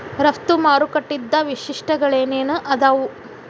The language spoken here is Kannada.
ರಫ್ತು ಮಾರುಕಟ್ಟಿದ್ ವೈಶಿಷ್ಟ್ಯಗಳೇನೇನ್ ಆದಾವು?